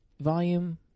Volume